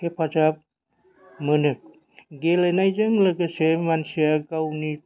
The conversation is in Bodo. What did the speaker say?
हेफाजाब मोनो गेलेनायजों लोगोसे मानसिया गावनि